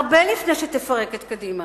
הרבה לפני שתפרק את קדימה.